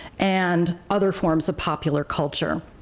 and other forms of popular culture.